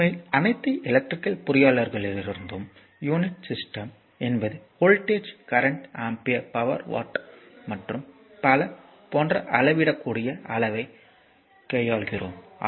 இப்போது உண்மையில் அனைத்து எலக்ட்ரிகல் பொறியியலாளர்களிடமிருந்தும் யூனிட் சிஸ்டம் என்பது voltage current ampere power watt மற்றும் பல போன்ற அளவிடக்கூடிய அளவைக் கையாளுகிறோம்